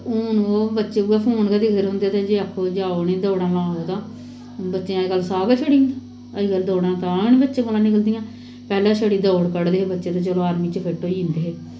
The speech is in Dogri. हून बच्चे फोन गै दिखदे रौंह्दे ते आक्खो जाओ उ'नें गी दौड़ां लाओ तां बच्चें गी अजकल्ल साह् गै चढ़ी जंदा अजकल्ल दौड़ां तां गै नेईं बच्चें कोला दा निकलदियां पैह्लैं छड़ी दौड़ कड्ढ़दे हे बच्चे ते चलो आर्मी च फिट्ट होई जंदे हे